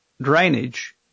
drainage